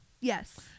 Yes